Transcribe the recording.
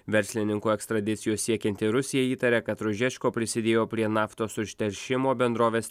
verslininko ekstradicijos siekianti rusija įtaria kad ružečko prisidėjo prie naftos užteršimo bendrovės